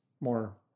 more